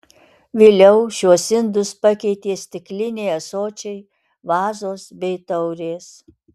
vėliau šiuos indus pakeitė stikliniai ąsočiai vazos bei taurės